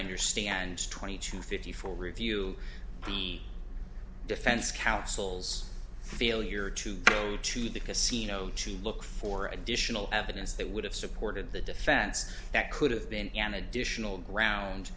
understand twenty two fifty four review the defense counsel's failure to treat because see no to look for additional evidence that would have supported the defense that could have been an additional ground